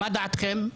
מה דעתכם?